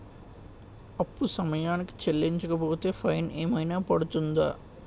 అప్పు సమయానికి చెల్లించకపోతే ఫైన్ ఏమైనా పడ్తుంద?